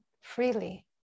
freely